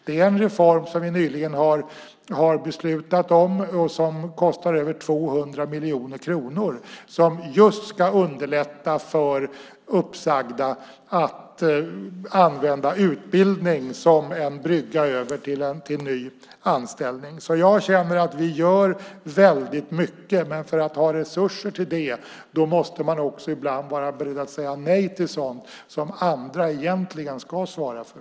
Det är en reform som vi nyligen har beslutat om som kostar över 200 miljoner kronor och som ska underlätta för uppsagda att använda utbildning som en brygga över till en ny anställning. Jag känner att vi gör väldigt mycket, men för att ha resurser till det måste man ibland vara beredd att säga nej till sådant som andra egentligen ska svara för.